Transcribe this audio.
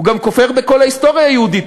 הוא גם כופר בכל ההיסטוריה היהודית.